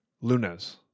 Lunas